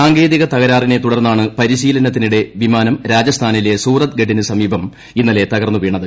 സാങ്കേതിക തകരാറിനെ തുടർന്നാണ് പരിശീലനത്തിനിടെ വിമാനം രാജസ്ഥാനിലെ സൂറത്ഗഡിനു സമീപം ഇന്നലെ തകർന്ന് വീണത്